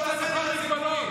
אנחנו רוצים למלא,